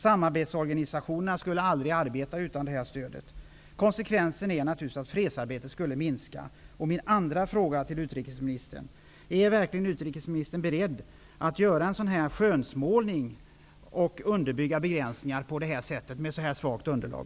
Samarbetsorganisationer skulle aldrig kunna arbeta utan stöd. Konsekvensen är naturligtvis att fredsarbetet skall minska. Är utrikesministern verkligen beredd att göra en sådan skönmålning och därmed underbygga begränsningar med ett så svagt underlag?